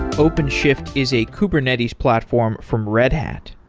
openshift is a kubernetes platform from red hat.